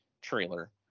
trailer